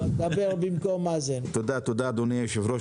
אדוני היושב-ראש,